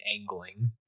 angling